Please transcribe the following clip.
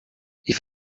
ich